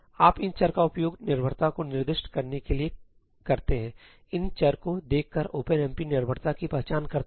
आप इन चर का उपयोग निर्भरता को निर्दिष्ट करने के लिए करते हैंइन चर को देखकर ओपनएमपी निर्भरता की पहचान करता है